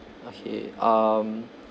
okay um